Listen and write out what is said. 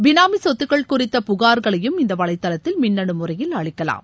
பினாமி சொத்துக்கள் குறித்த புகார்களையும் இந்த வலைதளத்தில் மின்னனு முறையில் அளிக்கலாம்